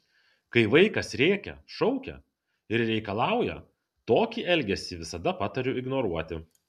kai vaikas rėkia šaukia ir reikalauja tokį elgesį visada patariu ignoruoti